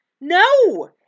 No